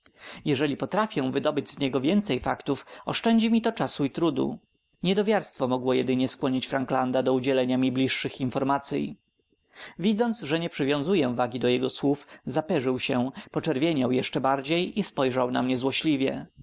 jeżeli potrafię wydobyć z niego więcej faktów oszczędzi mi to czasu i trudu niedowiarstwo mogło jedynie skłonić franklanda do udzielenia mi bliższych informacyj widząc że nie przywiązuję wagi do jego słów zaperzył się poczerwieniał jeszcze bardziej i spojrzał na mnie złośliwie